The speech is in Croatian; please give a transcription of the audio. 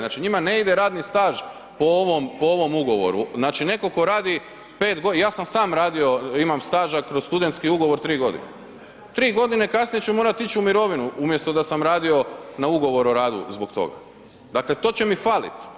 Znači njima ne ide radni staž po ovom ugovoru, znači neko ko radi pet godina, ja sam sam radio imam staža kroz studentski ugovor tri godine, tri godine, kasnije ću morat ići u mirovinu umjesto da sam radio na ugovor o radu zbog toga, dakle to će mi falit.